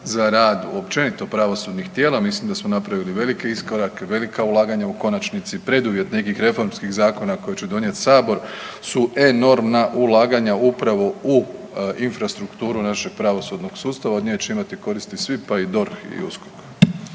za rad općenito pravosudnih tijela, mislim da smo napravili velike iskorake, velika ulaganja u konačnici preduvjet nekih reformskih zakona koji će donijeti Sabor su enormna ulaganja upravo u infrastrukturu našeg pravosudnog sustava, od nje će imati koristi svi pa i DORH i USKOK.